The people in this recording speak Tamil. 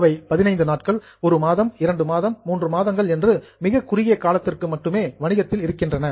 அவை 15 நாட்கள் 1 மாதம் 2 மாதங்கள் 3 மாதங்கள் என்று மிக குறுகிய காலத்திற்கு மட்டுமே வணிகத்தில் இருக்கின்றன